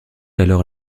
alors